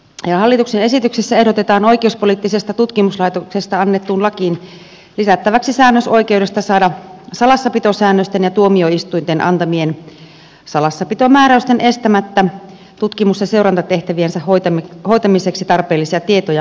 hallituksen esityksessä ehdotetaan oikeuspoliittisesta tutkimuslaitoksesta annettuun lakiin lisättäväksi säännös oikeudesta saada salassapitosäännösten ja tuomioistuinten antamien salassapitomääräysten estämättä tutkimus ja seurantatehtäviensä hoitamiseksi tarpeellisia tietoja maksutta